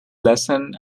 lesson